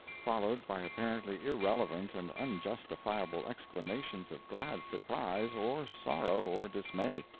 followed by apparently irrelevant and unjustifiable exclamations of glad surprise or sorrow or dismay.